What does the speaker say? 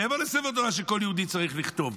מעבר לספר תורה שכל יהודי צריך לכתוב,